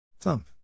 thump